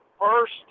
first